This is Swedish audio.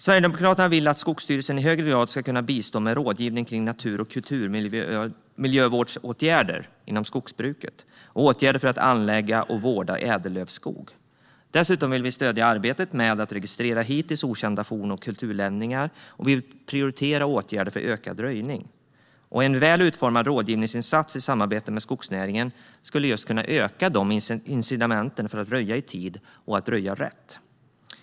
Sverigedemokraterna vill att Skogsstyrelsen i högre grad ska kunna bistå med rådgivning kring natur och kulturmiljövårdsåtgärder inom skogsbruket och åtgärder för att anlägga och vårda ädellövskog. Dessutom vill vi stödja arbetet med att registrera hittills okända forn och kulturlämningar och prioritera åtgärder för ökad röjning. En väl utformad rådgivningsinsats i samarbete med skogsnäringen skulle kunna öka incitamenten för att röja i tid och att röja rätt.